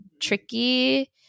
tricky